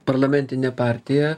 parlamentinė partija